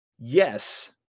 Yes